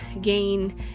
gain